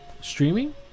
streaming